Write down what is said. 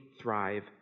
thrive